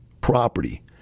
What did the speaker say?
property